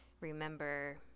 remember